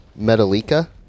Metallica